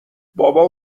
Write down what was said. بابام